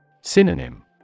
Synonym